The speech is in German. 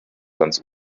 ganz